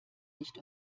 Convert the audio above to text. nicht